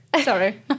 Sorry